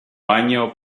año